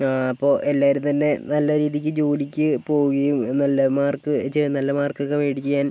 ആ അപ്പോൾ എല്ലാവരും തന്നെ നല്ല രീതിക്ക് ജോലിക്ക് പോവുകയും നല്ല മാർക്ക് ചെയ്യാൻ നല്ല മാർക്കൊക്കെ മേടിക്കാൻ